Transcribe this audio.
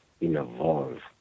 involves